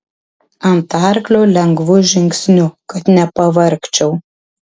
ant arklio lengvu žingsniu kad nepavargčiau